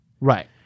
Right